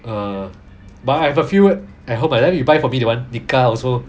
uh but I have a few at home then you buy for me that one nikka also